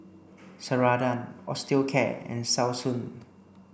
Ceradan Osteocare and Selsun